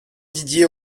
didier